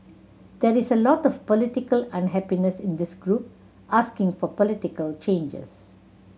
there is a lot of political unhappiness in this group asking for political changes